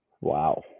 Wow